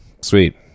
Sweet